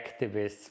activists